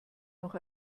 noch